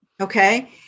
Okay